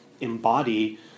embody